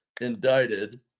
indicted